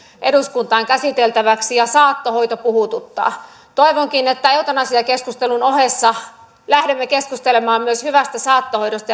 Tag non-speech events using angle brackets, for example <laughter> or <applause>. eduskuntaan käsiteltäväksi ja saattohoito puhuttaa toivonkin että eutanasiakeskustelun ohessa lähdemme keskustelemaan myös hyvästä saattohoidosta <unintelligible>